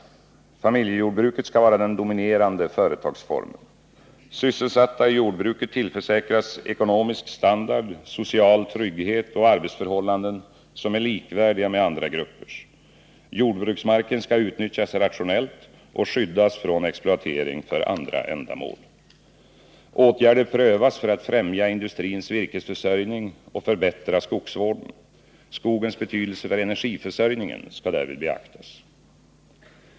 Familjejordbruket skall vara den dominerande företagsformen. Sysselsatta i jordbruket tillförsäkras ekonomisk standard, social trygghet och arbetsförhållanden som är likvärdiga med andra gruppers. Jordbruksmarken skall utnyttjas rationellt och skyddas från exploatering för andra ändamål. Åtgärder prövas för att främja industrins virkesförsörjning och förbättra skogsvården. Skogens betydelse för energiförsörjningen skall därvid beaktas.